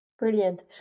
Brilliant